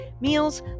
meals